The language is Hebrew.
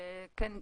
כן.